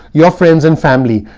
your friends and family.